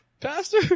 Pastor